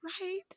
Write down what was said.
Right